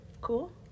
Cool